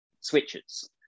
switches